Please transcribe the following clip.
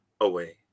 away